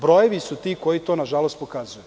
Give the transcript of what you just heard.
Brojevi su to koji na žalost pokazuju.